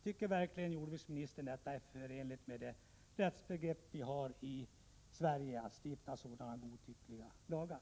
Tycker verkligen jordbruksministern att det är förenligt med de rättsbegrepp som vi har i Sverige att stifta sådana godtyckliga lagar?